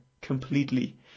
Completely